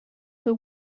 był